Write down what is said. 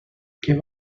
què